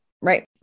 right